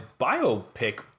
biopic